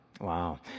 Wow